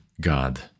God